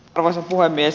arvoisa puhemies